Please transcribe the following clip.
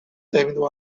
terminou